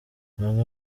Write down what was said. bamwe